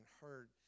heard